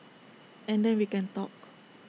and then we can talk